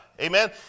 amen